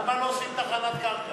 למה לא עושים תחנת קרקע?